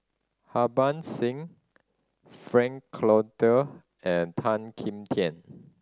Harbans Singh Frank Cloutier and Tan Kim Tian